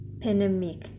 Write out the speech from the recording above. pandemic